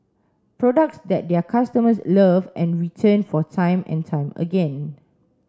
products that their customers love and return for time and time again